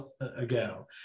ago